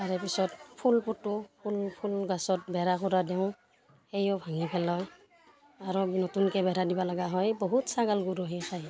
তাৰে পিছত ফুল পুতো ফুল ফুল গছত বেৰা খোৰা দিওঁ সেইয়ও ভাঙি পেলয় আৰু নতুনকৈ বেৰা দিব লগা হয় বহুত ছাগাল গৰু সেই খায়